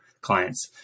clients